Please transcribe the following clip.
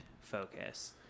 focus